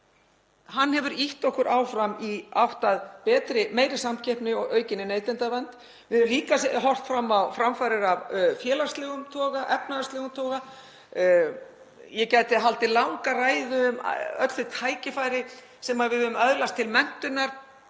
Hann hefur ýtt okkur áfram í átt að meiri samkeppni og aukinni neytendavernd. Við höfum líka horft fram á framfarir af félagslegum toga og af efnahagslegum toga. Ég gæti haldið langa ræðu um öll þau tækifæri sem við höfum öðlast til menntunar,